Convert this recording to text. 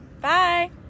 Bye